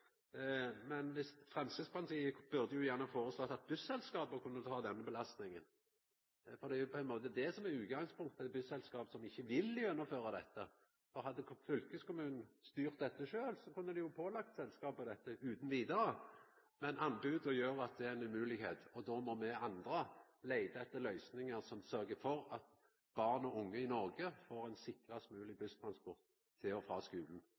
Men Framstegspartiet burde gjerne foreslått at busselskapa kunne ta den belastninga, for det er jo på ein måte det som er utgangspunktet: busselskap som ikkje vil gjennomføra dette. Hadde fylkeskommunen styrt dette sjølv, kunne dei ha pålagt selskapet dette utan vidare, men anbodet gjer at det ikkje er mogleg. Då må me andre leita etter løysingar som sørgjer for at barn og unge i Noreg får ein sikrast mogleg busstransport til og frå skulen.